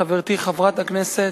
חברתי חברת הכנסת,